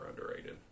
underrated